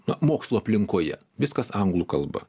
na mokslo aplinkoje viskas anglų kalba